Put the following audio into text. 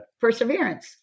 Perseverance